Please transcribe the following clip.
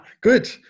Good